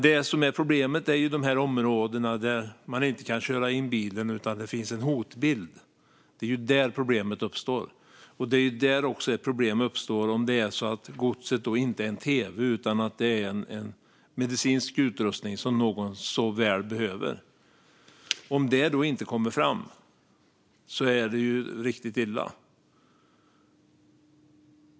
Det som är problemet är områdena där man inte kan köra in bilen utan där det finns en hotbild. Det är där problemet uppstår, och det är också där ett problem uppstår om godset inte är en tv utan medicinsk utrustning som någon väldigt väl behöver. Om den inte kommer fram är det ju riktigt illa.